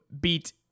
beat –